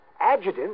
Adjutant